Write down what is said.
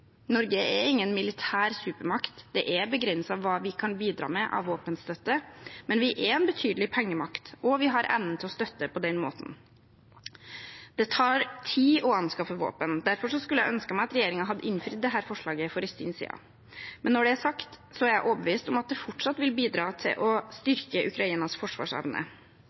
Norge er ingen militær supermakt, det er begrenset hva vi kan bidra med av våpenstøtte, men vi er en betydelig pengemakt, og vi har evnen til å støtte på den måten. Det tar tid å anskaffe våpen. Derfor skulle jeg ønske at regjeringen hadde innfridd dette forslaget for en stund siden. Men når det er sagt, er jeg overbevist om at det fortsatt vil bidra til å styrke Ukrainas forsvarsevne.